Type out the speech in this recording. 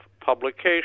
publication